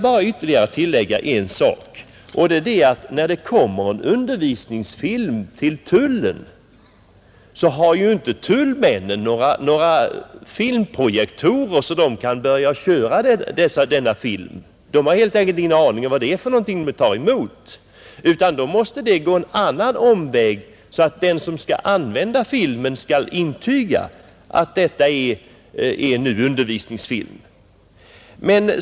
Jag vill tillägga en sak, och det är att när det kommer en undervisningsfilm till tullen, så har ju inte tullnämnden några filmprojektorer så att de kan börja köra denna film. De har helt enkelt ingen aning om vad det är de tar emot, utan man måste gå ytterligare en omväg och be den som skall använda filmen att intyga att det är undervisningsfilm.